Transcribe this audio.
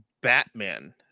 Batman